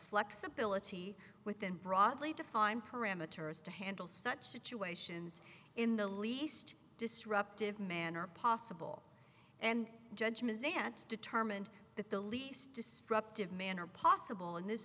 flexibility within broadly defined parameters to handle such situations in the least disruptive manner possible and judgment zant determined that the least disruptive manner possible in this